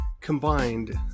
combined